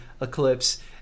eclipse